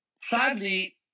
sadly